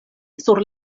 sur